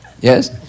Yes